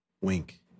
Wink